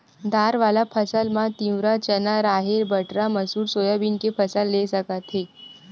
दार वाला फसल म तिंवरा, चना, राहेर, बटरा, मसूर, सोयाबीन के फसल ले सकत हे